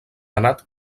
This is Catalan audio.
anat